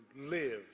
live